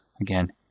again